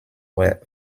were